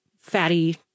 fatty